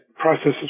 Processes